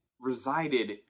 resided